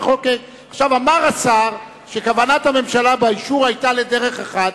אמר השר, שכוונת הממשלה באישור היתה לדרך אחת.